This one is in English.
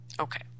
okay